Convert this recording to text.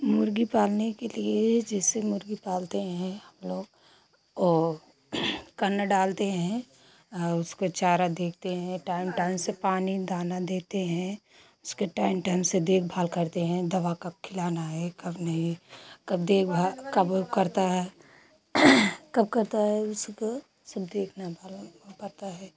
मुर्ग़ी पालने के लिए जैसे मुर्ग़ी पालते हैं हम लोग ओ कन्ना डालते हैं अ उसको चारा देते हैं टाइम टाइम से पानी दाना देते हैं उसकी टइम टइम से देखभाल करते हैं दवा कब खिलाना है कब नहीं कब देखभाल कब करता है कब करता है उसको सब देखना भालना वह पड़ता है